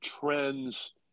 trends